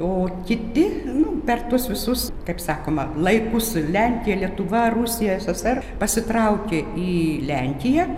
o kiti nu per tuos visus kaip sakoma laikus lenkija lietuva rusija ssr pasitraukė į lenkiją